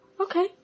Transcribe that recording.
Okay